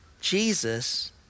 Jesus